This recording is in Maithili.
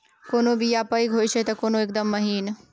कोनो बीया पैघ होई छै तए कोनो एकदम महीन